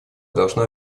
должна